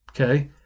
okay